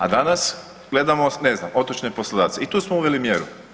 A danas gledamo ne znam otočne poslodavce i tu smo uveli mjeru.